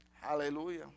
Hallelujah